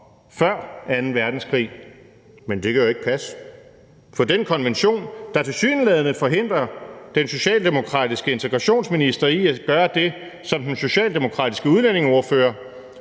før anden verdenskrig. Men det kan jo ikke passe. For den konvention, der tilsyneladende forhindrer den socialdemokratiske integrationsminister i at gøre det, som den socialdemokratiske udlændingeordfører,